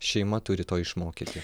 šeima turi to išmokyti